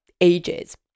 ages